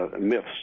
myths